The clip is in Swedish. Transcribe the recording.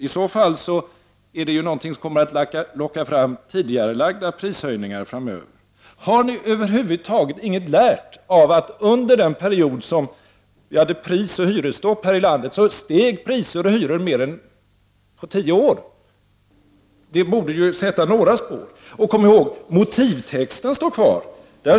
I så fall är det någonting som kommer att locka fram tidigarelagda prishöjningar framöver. Har ni över huvud taget inte lärt något av att under den period som vi hade prisoch hyresstopp här i landet steg priser och hyror mer än vad de hade gjort på tio år? Det borde sätta några spår. Man måste också komma ihåg att utskottets motivtext kvarstår.